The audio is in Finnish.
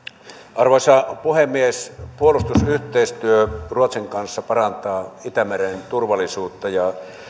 arvoisa puhemies puolustusyhteistyö ruotsin kanssa parantaa itämeren turvallisuutta ja